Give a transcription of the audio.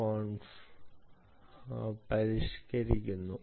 conf പരിഷ്ക്കരിക്കുന്നു